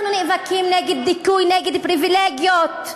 אנחנו נאבקים נגד דיכוי, נגד פריבילגיות.